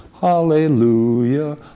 Hallelujah